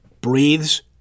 breathes